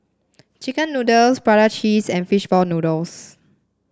chicken noodles Prata Cheese and Fishball Noodles